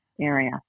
area